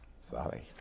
sorry